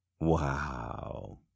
Wow